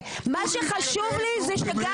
תנו לי להתקדם, נו באמת.